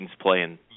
playing